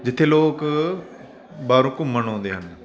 ਜਿੱਥੇ ਲੋਕ ਬਾਹਰੋਂ ਘੁੰਮਣ ਆਉਂਦੇ ਹਨ